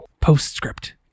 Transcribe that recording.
postscript